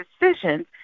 decisions